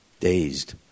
dazed